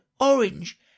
orange